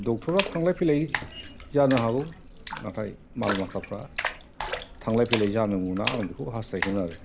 दक्टरा थांलाय फैलाय जानो हागौ नाथाय माल माथाफ्रा थांलाय फैलाय जानो मोना आं बेखौ हास्थायदों आरो